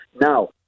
Now